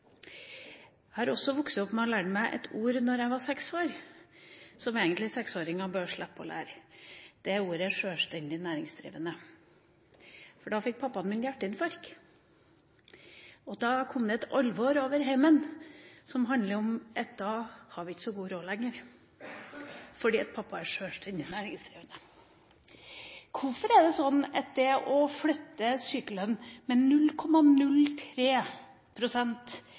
vokste også opp med å lære meg noen ord, da jeg var seks år, som egentlig seksåringer bør slippe å lære, ordene «sjølstendig næringsdrivende». For pappaen min fikk hjerteinfarkt da, og det kom et alvor over heimen som handlet om at vi ikke hadde så god råd lenger – fordi pappa var sjølstendig næringsdrivende. Hvorfor er det sånn at det å flytte sykelønn med